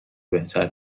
بهتر